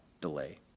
delay